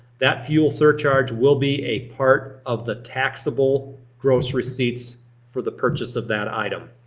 that fuel surcharge will be a part of the taxable gross receipts for the purchase of that item.